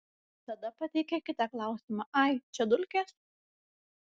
tada pateikė kitą klausimą ai čia dulkės